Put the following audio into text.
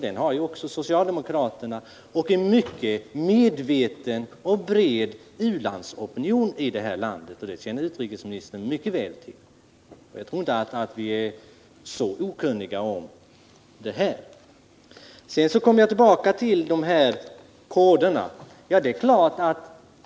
Den har också socialdemokraterna samt en mycket medveten och bred u-landsopinion i detta land. Det känner utrikesministern mycket väl till. Sedan kommer jag tillbaka till koderna.